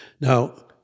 Now